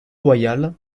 royale